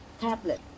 tablet